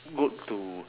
good to